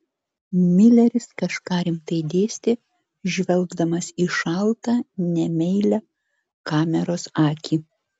mileris kažką rimtai dėstė žvelgdamas į šaltą nemeilią kameros akį